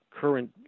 current